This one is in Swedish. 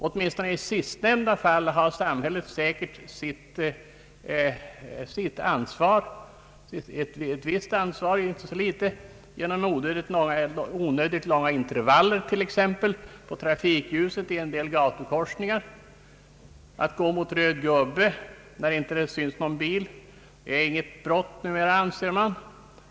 Åtminstone när det gäller den sistnämnda gruppen har samhället säkert sitt ansvar genom onödigt långa intervaller på trafikljuset i en del gatukorsningar. Att gå mot röd gubbe när det inte syns någon bil är inte något brott, anser man.